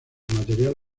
material